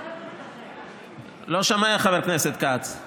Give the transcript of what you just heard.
שחרר אותנו.